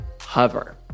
Hover